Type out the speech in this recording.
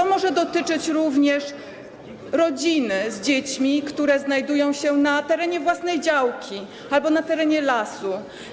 To może dotyczyć również rodzin z dziećmi, które znajdują się na terenie własnej działki albo na terenie lasu.